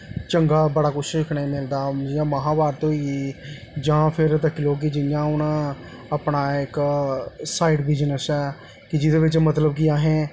चंगा बड़ा कुछ दिक्खने गी मिलदा ऐ जियां महाभारत होई गेई जां फिर तक्की लैओ कि जियां हून अपना इक साइड बिज़नस ऐ कि जेह्दे बिच्च मतलब कि असें